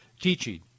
teaching